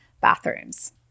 bathrooms